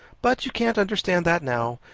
but you can't understand that now,